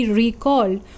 recalled